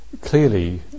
clearly